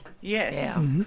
Yes